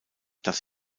dass